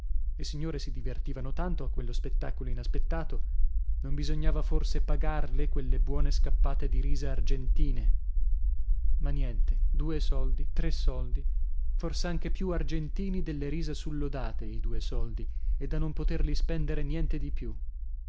le signore si divertivano tanto a quello spettacolo inaspettato non bisognava forse pagarle quelle buone scappate di risa argentine ma niente due soldi tre soldi fors'anche più argentini delle risa sullodate i due soldi e da non poterli spendere niente di più